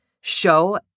show